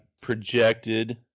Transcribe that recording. projected